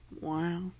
Wow